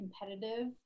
competitive